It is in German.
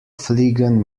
fliegen